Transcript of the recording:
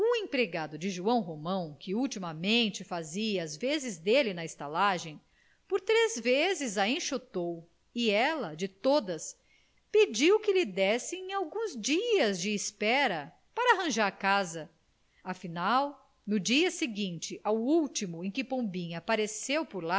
empregado de joão romão que ultimamente fazia as vezes dele na estalagem por três vezes a enxotou e ela de todas pediu que lhe dessem alguns dias de espera para arranjar casa afinal no dia seguinte ao último em que pombinha apareceu por